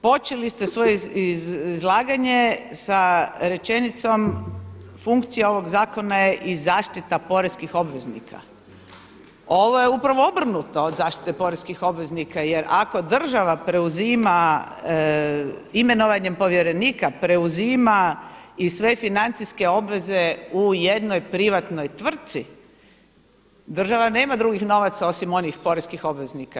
Počeli ste svoje izlaganje sa rečenicom, funkcija ovog zakona je i zaštita poreskih obveznika, ovo je upravo obrnuto od zaštite poreskih obveznika jer ako država preuzima imenovanjem povjerenika, preuzima i sve financijske obveze u jednoj privatnoj tvrci, država nema drugih novaca osim onih poreskih obveznika.